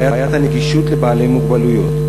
בעיית הנגישות של בעלי מוגבלויות.